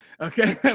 okay